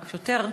שהשוטר,